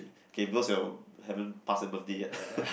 okay because you haven't pass the birthday yet